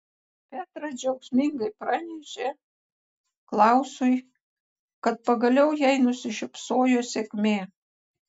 petra džiaugsmingai pranešė klausui kad pagaliau jai nusišypsojo sėkmė